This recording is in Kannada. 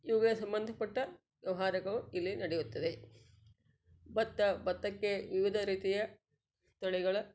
ಇವುಗಳ ಸಂಬಂಧಪಟ್ಟ ವ್ಯವಹಾರಗಳು ಇಲ್ಲಿ ನಡೆಯುತ್ತದೆ ಭತ್ತ ಭತ್ತಕ್ಕೆ ವಿವಿಧ ರೀತಿಯ ತಳಿಗಳ